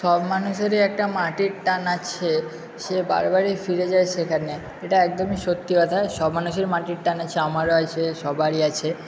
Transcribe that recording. সব মানুষেরই একটা মাটির টান আছে সে বারে বারেই ফিরে যায় সেখানে এটা একদমই সত্যি কথা সব মানুষেরই মাটির টান আছে আমারও আছে সবারই আছে